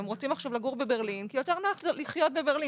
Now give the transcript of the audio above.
הם רוצים לגור בברלין כי יותר נוח לחיות בברלין